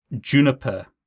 Juniper